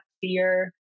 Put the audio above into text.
fear